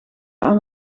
aan